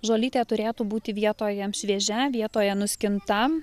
žolytė turėtų būti vietoje šviežia vietoje nuskinta